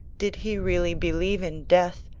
did he really believe in death,